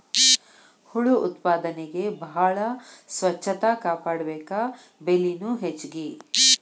ಹುಳು ಉತ್ಪಾದನೆಗೆ ಬಾಳ ಸ್ವಚ್ಚತಾ ಕಾಪಾಡಬೇಕ, ಬೆಲಿನು ಹೆಚಗಿ